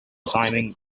simon